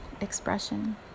expression